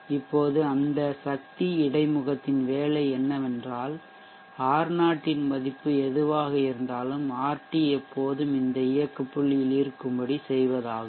இப்போது அந்த சக்தி இடைமுகத்தின் வேலை என்னவென்றால் R0 இன் மதிப்பு எதுவாக இருந்தாலும் ஆர்டி எப்போதும் இந்த இயக்க புள்ளியில் இருக்கும்படி செய்வதாகும்